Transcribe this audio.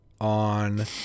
on